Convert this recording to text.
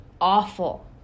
Awful